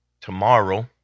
tomorrow